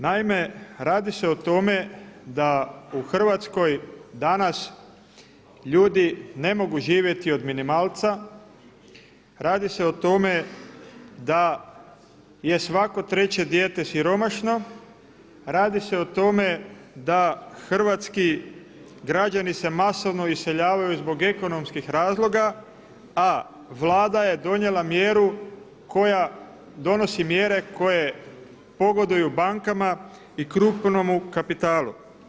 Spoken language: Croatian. Naime, radi se o tome da u Hrvatskoj danas ljudi ne mogu živjeti od minimalca, radi se o tome da je svako treće dijete siromašno, radi se o tome da hrvatski građani se masovno iseljavaju zbog ekonomskih razloga, a Vlada je donijela mjeru koja donosi mjere koje pogoduju bankama i krupnomu kapitalu.